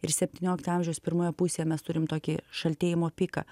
ir septynioliktojo amžiaus pirmoje pusėje mes turim tokį šaltėjimo piką